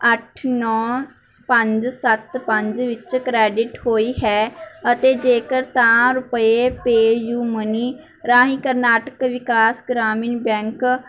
ਅੱਠ ਨੌਂ ਪੰਜ ਸੱਤ ਪੰਜ ਵਿੱਚ ਕ੍ਰੈਡਿਟ ਹੋਈ ਹੈ ਅਤੇ ਜੇਕਰ ਤਾਂ ਰੁਪਏ ਪੇਯੂ ਮਨੀ ਰਾਹੀਂ ਕਰਨਾਟਕ ਵਿਕਾਸ ਗ੍ਰਾਮੀਣ ਬੈਂਕ